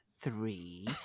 three